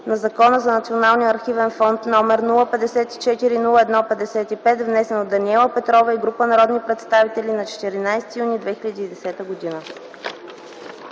за Националния архивен фонд № 054-01-55, внесен от Даниела Петрова и група народни представители на 14 юни 2010 г.”